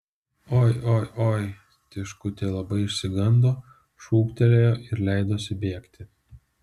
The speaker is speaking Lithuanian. oi oi oi tiškutė labai išsigando šūktelėjo ir leidosi bėgti